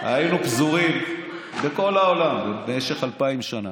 היינו פזורים בכל העולם במשך אלפיים שנה,